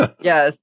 Yes